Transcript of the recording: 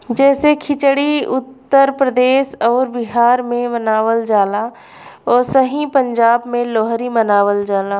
जैसे खिचड़ी उत्तर प्रदेश अउर बिहार मे मनावल जाला ओसही पंजाब मे लोहरी मनावल जाला